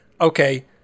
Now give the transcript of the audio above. okay